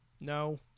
No